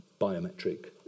biometric